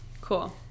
Cool